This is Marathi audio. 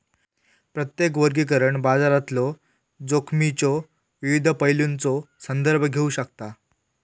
प्रत्येक वर्गीकरण बाजारातलो जोखमीच्यो विविध पैलूंचो संदर्भ घेऊ शकता